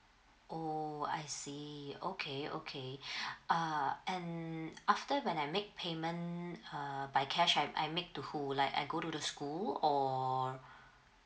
oh I see okay okay uh and after when I make payment err by cash have I make to who like I go to the school or